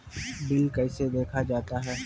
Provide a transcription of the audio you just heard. Bill कैसे देखा जाता हैं?